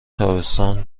تابستان